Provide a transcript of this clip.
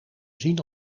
zien